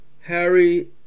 Harry